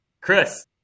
Chris